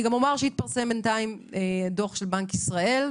אני גם אומר שהתפרסם בינתיים הדוח של בנק ישראל.